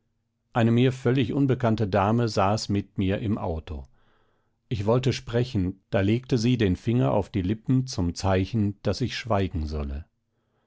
eine mir völlig unbekannte dame saß mit mir im auto ich wollte sprechen da legte sie den finger auf die lippen zum zeichen daß ich schweigen solle